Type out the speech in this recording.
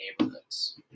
neighborhoods